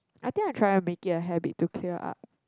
I think I'm trying to make it a habit to clear up